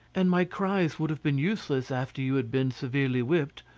and my cries would have been useless after you had been severely whipped.